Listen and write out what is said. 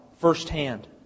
firsthand